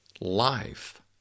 life